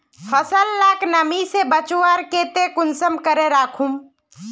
फसल लाक नमी से बचवार केते कुंसम करे राखुम?